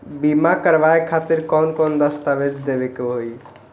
बीमा करवाए खातिर कौन कौन दस्तावेज़ देवे के होई?